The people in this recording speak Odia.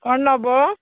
କ'ଣ ନବ